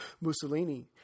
Mussolini